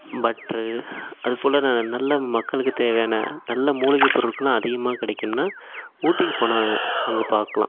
butter அது கூட நல்ல மக்களுக்கு தேவையான நல்ல மூலிகை பொருட்களும் அதிகமாக கிடைக்கும்னால் ஊட்டிக்கு போனால் அங்கே பாக்கலாம்